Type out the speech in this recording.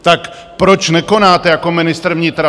Tak proč nekonáte jako ministr vnitra?